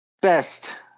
Best